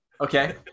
Okay